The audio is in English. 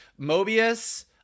Mobius